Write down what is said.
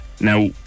Now